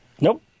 Nope